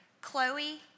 Chloe